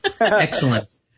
Excellent